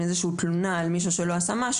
איזושהי תלונה על מישהו שלא עשה משהו,